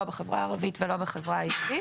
לא בחברה הערבית ולא בחברה היהודית.